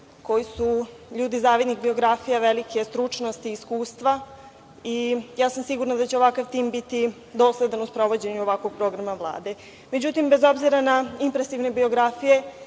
koji su ljudi zavidnih biografija, velike stručnosti, iskustva. Sigurna sam da će ovakav tim biti dosledan u sprovođenju ovakvog programa Vlade. Međutim, bez obzira na impresivne biografije,